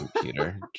computer